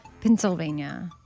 Pennsylvania